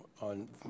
on